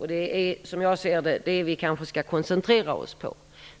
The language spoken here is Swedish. har vi problem med illegala vapen, och det är detta vi kanske skall koncentrera oss på.